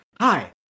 hi